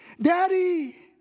Daddy